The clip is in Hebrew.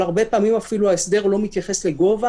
אבל הרבה פעמים אפילו ההסדר לא מתייחס לגובה